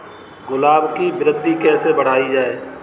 गुलाब की वृद्धि कैसे बढ़ाई जाए?